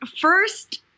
first